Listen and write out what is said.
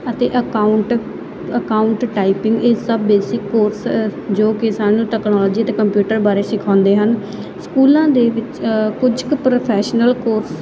ਅਤੇ account account typing ਇਹ ਸਭ ਬੇਸਿਕ ਕੋਰਸ ਜੋ ਕਿ ਸਾਨੂੰ ਤਕਨਾਲੋਜੀ ਅਤੇ ਕੰਪਿਊਟਰ ਬਾਰੇ ਸਿਖਾਉਂਦੇ ਹਨ ਸਕੂਲਾਂ ਦੇ ਵਿੱਚ ਕੁਝ ਕੁ ਪ੍ਰੋਫੈਸ਼ਨਲ ਕੋਰਸ